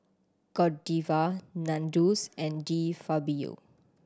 Godiva Nandos and De Fabio